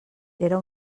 era